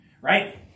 right